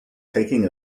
taking